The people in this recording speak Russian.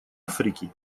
африки